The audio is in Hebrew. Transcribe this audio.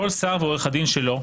כל שר ועורך הדין שלו.